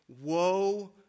woe